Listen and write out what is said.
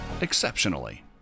exceptionally